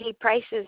prices